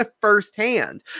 firsthand